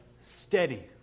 Steady